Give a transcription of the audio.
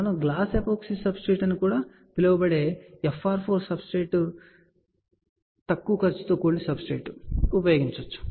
మనము glass epoxy substrate అని కూడా పిలువబడే FR 4 సబ్స్ట్రేట్ అయిన తక్కువ ఖర్చుతో కూడిన సబ్స్ట్రేట్ను ఉపయోగించాము